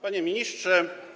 Panie Ministrze!